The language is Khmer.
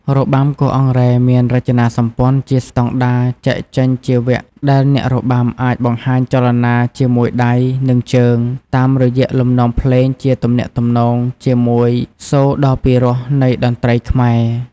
របាំគោះអង្រែមានរចនាសម្ព័ន្ធជាស្តង់ដារចែកចេញជាវគ្គដែលអ្នករបាំអាចបង្ហាញចលនាជាមួយដៃ និងជើង តាមរយៈលំនាំភ្លេងជាទំនាក់ទំនងជាមួយសូរដ៏ពិរោះនៃតន្ត្រីខ្មែរ។